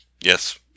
yes